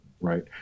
Right